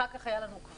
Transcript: אחר כך היה לנו כבלים.